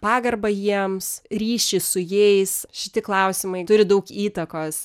pagarbą jiems ryšį su jais šitie klausimai turi daug įtakos